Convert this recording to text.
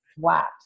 flat